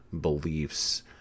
beliefs